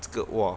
这个哇